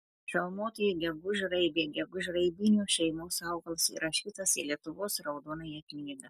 šalmuotoji gegužraibė gegužraibinių šeimos augalas įrašytas į lietuvos raudonąją knygą